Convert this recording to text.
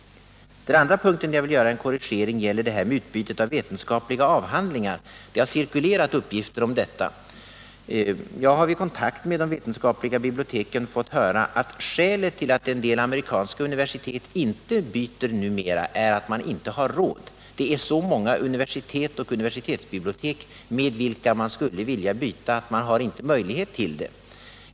Den andra punkt där jag vill göra en korrigering är den som gäller utbytet av vetenskapliga avhandlingar. Det har cirkulerat uppgifter om detta. Jag har vid kontakter med de vetenskapliga biblioteken fått höra att skälet till att en del amerikanska universitet numera inte byter avhandlingar med andra är att de inte har råd. De universitet och universitetsbibliotek som man skulle vilja byta med är så många att man inte har möjlighet att klara detta.